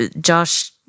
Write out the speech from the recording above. Josh